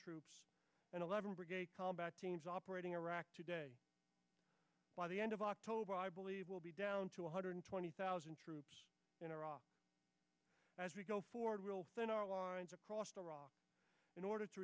troops and eleven brigade combat teams operating in iraq today by the end of october i believe will be down to one hundred twenty thousand troops in iraq as we go forward will then our lines across the iraq in order to